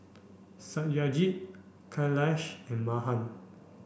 Satyajit Kailash and Mahan